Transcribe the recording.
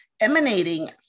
emanating